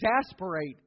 exasperate